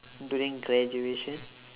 during graduation